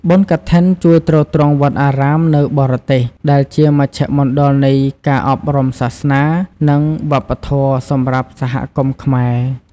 បុណ្យកឋិនជួយទ្រទ្រង់វត្តអារាមនៅបរទេស ដែលជាមជ្ឈមណ្ឌលនៃការអប់រំសាសនា និងវប្បធម៌សម្រាប់សហគមន៍ខ្មែរ។